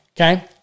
okay